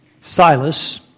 Silas